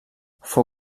fou